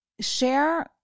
Share